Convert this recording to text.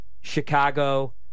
Chicago